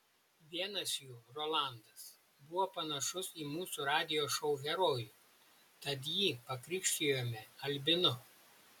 vienas jų rolandas buvo panašus į mūsų radijo šou herojų tad jį pakrikštijome albinu